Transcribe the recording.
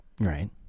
Right